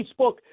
Facebook